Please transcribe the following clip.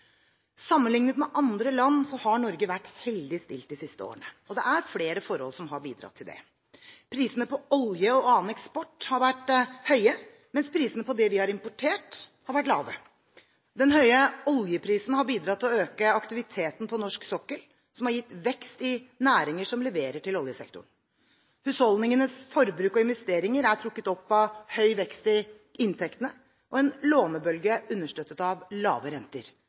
med andre land har Norge vært heldig stilt de siste årene, og det er flere forhold som har bidratt til det: Prisene på olje og annen eksport har vært høye, mens prisene på det vi har importert, har vært lave. Den høye oljeprisen har bidratt til å øke aktiviteten på norsk sokkel, som har gitt vekst i næringer som leverer til oljesektoren. Husholdningenes forbruk og investeringer er trukket opp av høy vekst i inntektene og en lånebølge understøttet av lave renter.